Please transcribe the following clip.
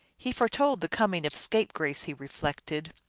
he foretold the coming of scapegrace, he reflected.